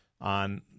on